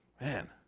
man